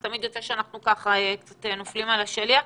אז תמיד יוצא שאנחנו ככה קצת נופלים על השליח.